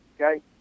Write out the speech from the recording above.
Okay